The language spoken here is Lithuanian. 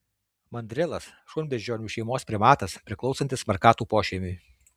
mandrilas šunbeždžionių šeimos primatas priklausantis markatų pošeimiui